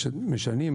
משנים,